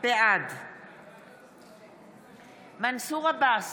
בעד מנסור עבאס,